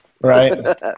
Right